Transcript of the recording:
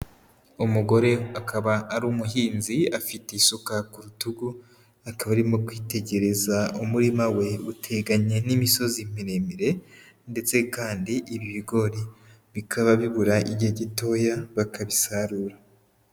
Umugore akaba ari umuhinzi, afite isuka ku rutugu, akaba arimo kwitegereza umurima we uteganye n'imisozi miremire ndetse kandi ibi bigori bikaba bibura igihe gitoya bakabisarura.